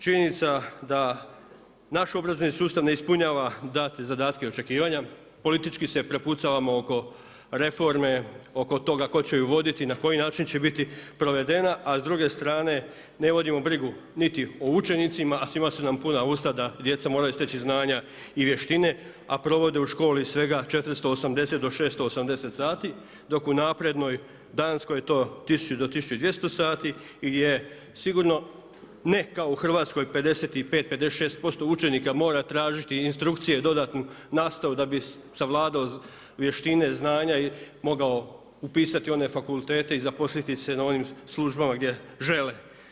Činjenica da naš obrazovni sustav ne ispunjava dati zadatke očekivanja, politički se prepucavamo oko reforme, oko toga tko će ju voditi i na koji način će biti provedena a s druge strane ne vodimo brigu niti o učenicima a svima su nam puna usta da djeca moraju steći znanja i vještine a provode u školi svega 4800 do 680 sati dok u naprednoj Danskoj je to 1000 do 1200 sati je sigurno ne kao u Hrvatskoj 55, 56% učenika mora tražiti instrukcije i dodatnu nastavu da bi savladao vještine, znanja i mogao upisati one fakultete i zaposliti se na onim službama gdje žele.